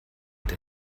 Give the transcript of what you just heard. der